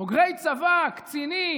בוגרי צבא, קצינים,